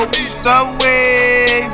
Subway